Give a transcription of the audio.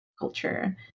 culture